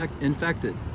infected